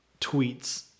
tweets